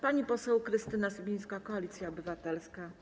Pani poseł Krystyna Sibińska, Koalicja Obywatelska.